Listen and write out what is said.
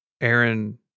Aaron